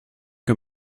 que